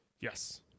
yes